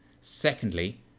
Secondly